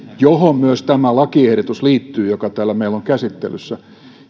mihin myös liittyy tämä lakiehdotus joka täällä meillä on käsittelyssä ja